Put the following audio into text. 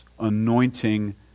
anointing